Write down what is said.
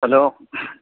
hello